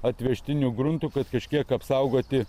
atvežtiniu gruntu kad kažkiek apsaugoti